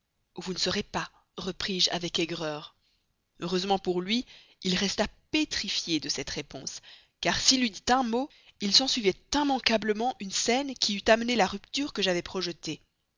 vous ne serez pas repris-je avec aigreur heureusement pour lui il resta pétrifié de cette réponse car s'il eût dit un mot il s'ensuivait immanquablement une scène qui eût amené la rupture que j'avais projetée